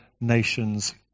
nations